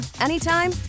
anytime